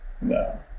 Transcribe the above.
no